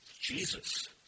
Jesus